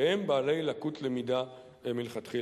שהם בעלי לקות למידה מלכתחילה.